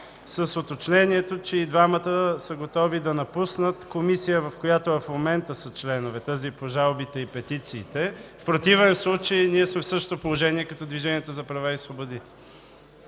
с уточнението, че и двамата са готови да напуснат комисия, в която в момента са членове – тази по жалбите и петициите на гражданите. В противен случай ние сме в същото положение, като Движението за права и свободи.